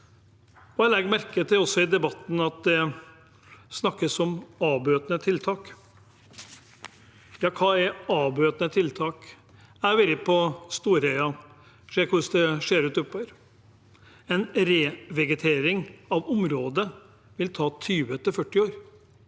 Jeg legger merke til at det i debatten snakkes om avbøtende tiltak. Hva er avbøtende tiltak? Jeg har vært på Storheia og sett hvordan det ser ut der oppe. En revegetering av området vil ta 20–40 år.